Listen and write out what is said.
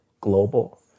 global